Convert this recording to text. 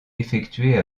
effectuées